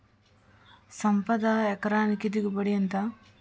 సంపద ఎకరానికి దిగుబడి ఎంత?